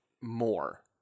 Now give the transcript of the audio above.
more